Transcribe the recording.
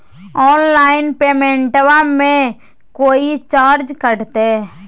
Online पेमेंटबां मे कोइ चार्ज कटते?